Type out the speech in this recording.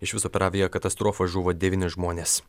iš viso per aviakatastrofą žuvo devyni žmonės